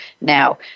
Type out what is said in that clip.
Now